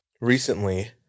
recently